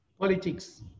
Politics